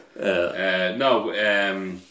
no